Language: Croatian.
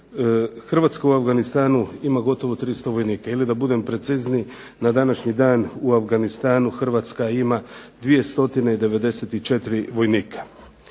Hrvatska u Afganistanu ima gotovo 300 vojnika, ili da budem precizniji na današnji dan u Afganistanu hrvatska ima 294 vojnika.